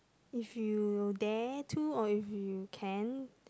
if you dare to or if you can